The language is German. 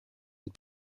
und